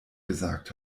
gesagt